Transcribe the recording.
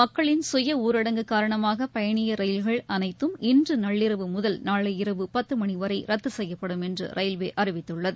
மக்களின் சுய ஊரடங்கு காரணமாகபயணியா் ரயில்கள் அனைத்தும் இன்றுநள்ளிரவு முதல் நாளை இரவு பத்தமணிவரைர்துசெய்யப்படும் என்றுரயில்வேஅறிவித்துள்ளது